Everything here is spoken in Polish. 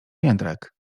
jędrek